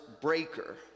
breaker